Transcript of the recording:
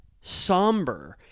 somber